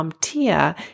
Tia